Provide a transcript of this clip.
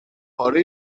پاره